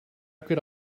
could